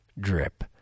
drip